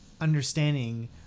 understanding